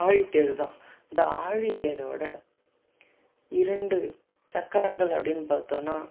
ஆழித்தேர்தான் இந்த ஆழித்தேரோட இரண்டு சக்கரங்கள் அப்படின்னு பார்த்தோன்னா